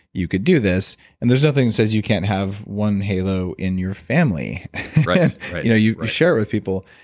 you could do this. and there's nothing that says you can't have one halo in your family right you know, you share it with people.